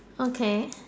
okay